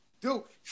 Duke